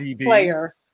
player